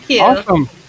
Awesome